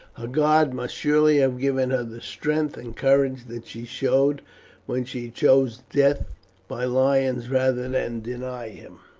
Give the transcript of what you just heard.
her god must surely have given her the strength and courage that she showed when she chose death by lions rather than deny him.